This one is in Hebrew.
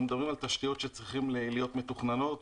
מדברים על תשתיות שצריכות להיות מתוכננות,